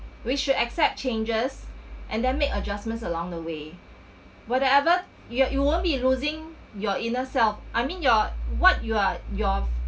we should accept changes and then make adjustments along the way whatever you you won't be losing your inner self I mean you're what you're you're